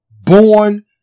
born